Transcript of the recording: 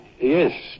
yes